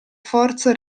forza